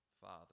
father